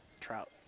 trout